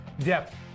depth